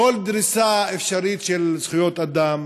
כל דריסה אפשרית של זכויות אדם,